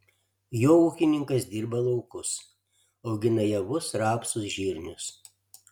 juo ūkininkas dirba laukus augina javus rapsus žirnius